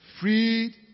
Freed